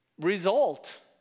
result